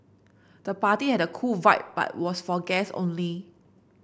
the party had a cool vibe but was for guests only